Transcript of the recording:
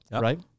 right